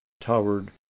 towered